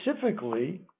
specifically